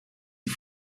die